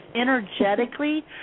energetically